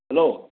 hello